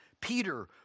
Peter